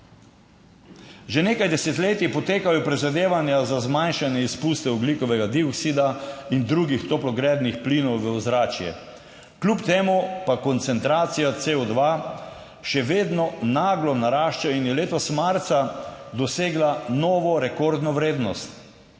Že nekaj desetletij potekajo prizadevanja za zmanjšanje izpustov ogljikovega dioksida in drugih toplogrednih plinov v ozračje, kljub temu pa koncentracija CO2 še vedno naglo narašča in je letos marca dosegla novo rekordno vrednost.